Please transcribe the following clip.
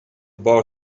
bar